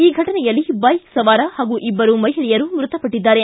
ಈ ಘಟನೆಯಲ್ಲಿ ಬೈಕ್ ಸವಾರ ಹಾಗೂ ಇಬ್ಬರು ಮಹಿಳೆಯರು ಮೃತಪಟ್ಟದ್ದಾರೆ